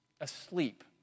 asleep